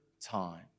time